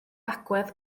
agwedd